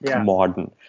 modern